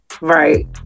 Right